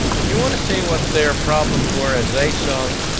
if you want to see what their problems were as they saw them,